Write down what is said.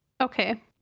Okay